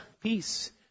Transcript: peace